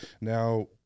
Now –